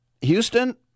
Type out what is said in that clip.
Houston